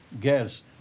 gas